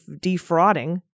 defrauding